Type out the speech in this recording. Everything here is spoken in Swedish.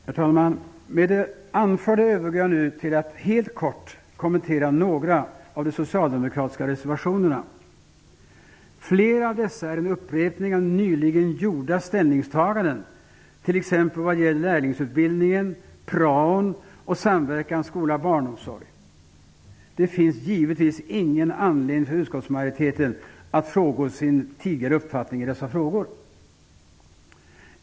Herr talman! Jag övergår nu till att helt kort kommentera några av de socialdemokratiska reservationerna. Flera av dessa är en upprepning av nyligen gjorda ställningstaganden, t.ex. vad gäller lärlingsutbildningen, praon och samverkan mellan skolan och barnomsorgen. Det finns givetvis ingen anledning för utskottsmajoriteten att frångå sin tidigare uppfattning i dessa frågor.